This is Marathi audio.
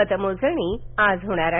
मतमोजणी आज होणार आहे